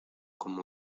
como